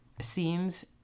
scenes